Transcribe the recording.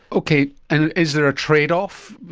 okay, and is there a trade-off?